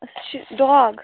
اَسہِ چھِ ڈاگ